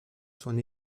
son